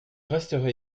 resterai